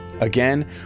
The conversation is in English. Again